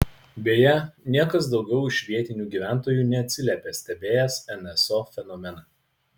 beje niekas daugiau iš vietinių gyventojų neatsiliepė stebėję nso fenomeną